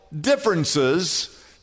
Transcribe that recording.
differences